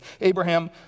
Abraham